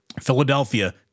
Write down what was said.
Philadelphia